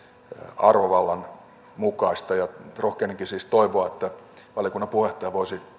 arvovallan mukaista rohkenenkin siis toivoa että valiokunnan puheenjohtaja voisi